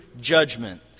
judgment